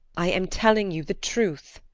i am telling you the truth.